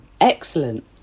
Excellent